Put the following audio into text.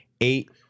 eight